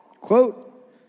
Quote